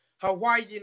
Hawaiian